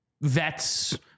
vets